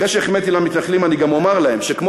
אחרי שהחמאתי למתנחלים אני גם אומַר להם שכמו